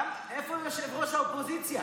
איפה ראש האופוזיציה?